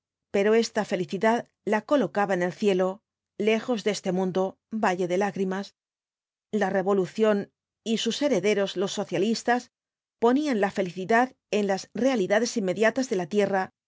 pero esta felicidad la colocaba en el cielo lejos de este mundo valle de lágrimas la revolución y sus herederos los socialistas ponían la felicidad en las realidades inmediatas de la tierra